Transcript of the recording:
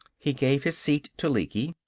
he gave his seat to lecky.